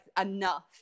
enough